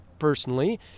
personally